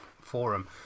Forum